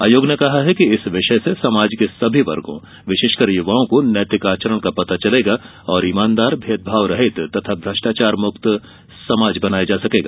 आयोग ने कहा है कि इस विषय से समाज के सभी वर्गों में विशेषकर युवाओं को नैतिक आचरण का पता चलेगा और ईमानदार भेदभाव रहित तथा भ्रष्टाचार मुक्त समाज बनाया जा सकेगा